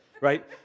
right